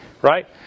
Right